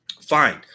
fine